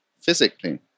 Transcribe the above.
physically